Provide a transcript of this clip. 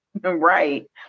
Right